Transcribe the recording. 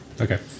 Okay